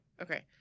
Okay